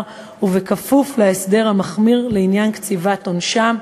וכפוף להסדר המחמיר לעניין קציבת עונשם,